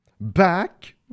back